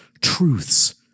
truths